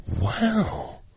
Wow